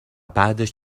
بعدش